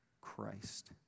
Christ